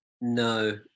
No